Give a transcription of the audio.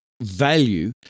value